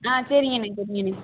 ஆ சரிங்கண்ணே சரிங்கண்ணே